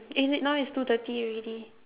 is it now is two thirty already